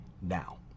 now